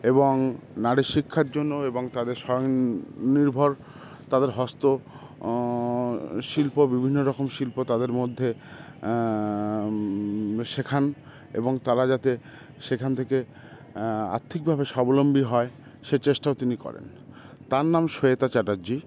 এবং নারীর শিক্ষার জন্য এবং তাদের স্বয় নির্ভর তাদের হস্ত শিল্প বিভিন্ন রকম শিল্প তাদের মধ্যে শেখান এবং তারা যাতে সেখান থেকে আর্থিকভাবে স্বাবলম্বী হয় সে চেষ্টাও তিনি করেন তার নাম স্বেতা চ্যাটার্জী